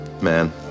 man